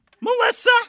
Melissa